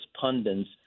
pundits